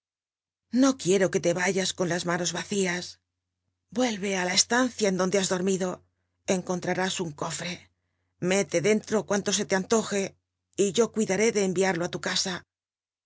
no quiero qua le vayas con las manos vacías yuclre á la estancia en donde has dormido encontrarás un cofre mete dentro cuanto se le antoje y yo cuidaré de enviarlo á tu casa